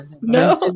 no